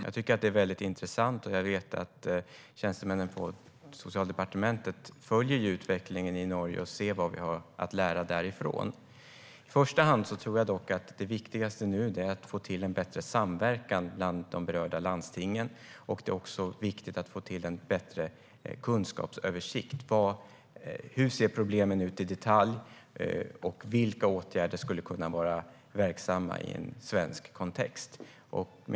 Det är ett intressant exempel, och jag vet att tjänstemännen på Socialdepartementet följer utvecklingen i Norge och ser vad vi har att lära därifrån. I första hand tror jag att det viktigaste är att få till en bättre samverkan bland de berörda landstingen. Det är också viktigt att få till en bättre kunskapsöversikt. Hur ser problemen ut i detalj, och vilka åtgärder skulle kunna vara verksamma i en svensk kontext?